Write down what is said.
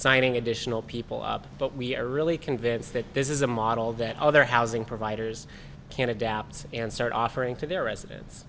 signing additional people up but we are really convinced that this is a model that other housing providers can adapt and start offering to their resident